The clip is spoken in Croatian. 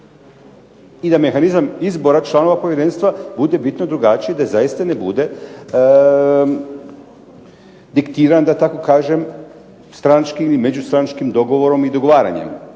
I da mehanizam izbora članova povjerenstva bude bitno drugačiji, da zaista ne bude diktiran da tako kažem, stranačkim ili međustranačkim dogovorom ili dogovaranjem.